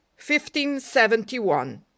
1571